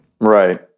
Right